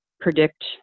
predict